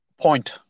Point